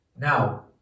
Now